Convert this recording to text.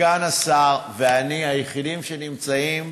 סגן השר ואני היחידים שנמצאים